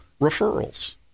referrals